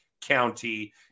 County